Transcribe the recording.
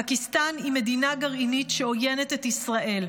פקיסטן היא מדינה גרעינית שעוינת את ישראל,